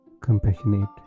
compassionate